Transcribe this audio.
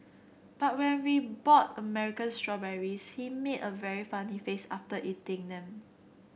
but when we bought American strawberries he made a very funny face after eating them